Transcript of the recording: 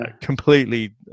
completely